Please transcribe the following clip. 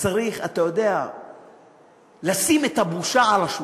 צריך לשים את הבושה על השולחן.